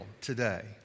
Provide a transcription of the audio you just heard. today